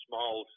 Small